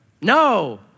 no